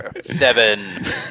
Seven